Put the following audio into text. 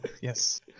Yes